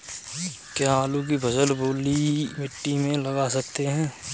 क्या आलू की फसल बलुई मिट्टी में लगा सकते हैं?